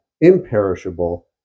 imperishable